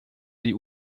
die